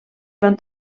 van